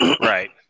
Right